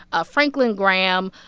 ah franklin graham,